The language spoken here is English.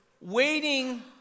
waiting